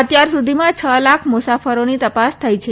અત્યાર સુધીમાં છ લાખ મુસાફરોની તપાસ થઈ છે